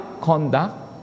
conduct